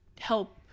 help